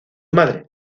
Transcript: madre